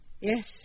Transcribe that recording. Yes